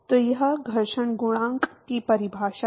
तो यह घर्षण गुणांक की परिभाषा है